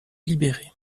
libérée